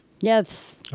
Yes